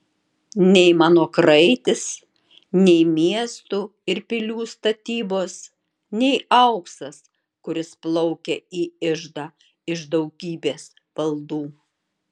nei mano kraitis nei miestų ir pilių statybos nei auksas kuris plaukia į iždą iš daugybės valdų